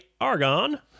argon